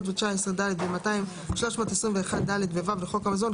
319(ד) ו-321(ד) ו-(ו) לחוק המזון,